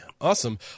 Awesome